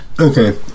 Okay